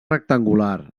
rectangular